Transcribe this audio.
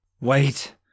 Wait